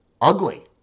ugly